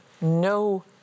No